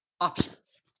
options